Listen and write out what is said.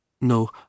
No